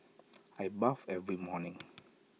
I bathe every morning